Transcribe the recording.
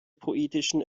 poetischen